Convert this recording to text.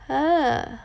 !huh!